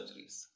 surgeries